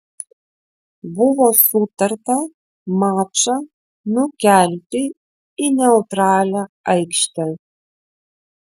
buvo sutarta mačą nukelti į neutralią aikštę